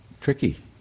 tricky